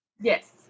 Yes